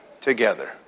together